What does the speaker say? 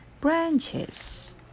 branches